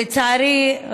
לצערי,